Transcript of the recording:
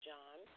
John